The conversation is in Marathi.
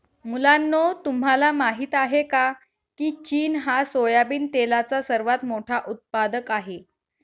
मुलांनो तुम्हाला माहित आहे का, की चीन हा सोयाबिन तेलाचा सर्वात मोठा उत्पादक आहे